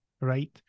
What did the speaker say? right